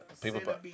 People